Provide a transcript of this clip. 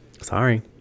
Sorry